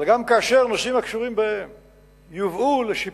גם כאשר נושאים הקשורים יובאו לשיפוט,